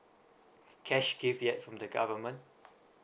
cash gift yet from the government